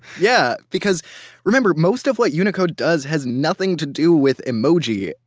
yeah, because remember most of what unicode does has nothing to do with emoji,